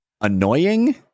annoying